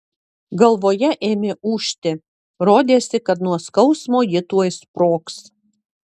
galvoje ėmė ūžti rodėsi kad nuo skausmo ji tuoj sprogs